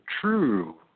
true